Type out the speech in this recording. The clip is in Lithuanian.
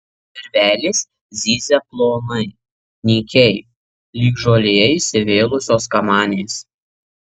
virvelės zyzia plonai nykiai lyg žolėje įsivėlusios kamanės